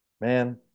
man